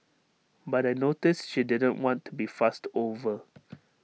but I noticed she didn't want to be fussed over